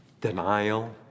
Denial